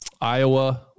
Iowa